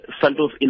Santos